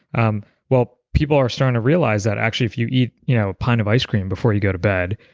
um well, people are starting to realize that actually if you eat you know a pint of ice cream before you go to bed,